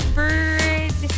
bird